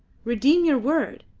redeem your word.